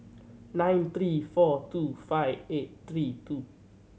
nine three four two five eight three two